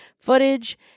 footage